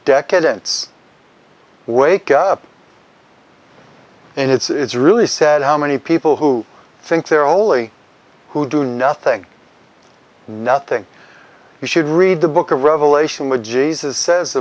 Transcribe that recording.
decadence wake up and it's really sad how many people who think their only who do nothing nothing you should read the book of revelation with jesus says